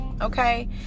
okay